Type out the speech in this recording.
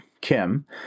Kim